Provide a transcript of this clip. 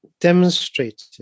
demonstrated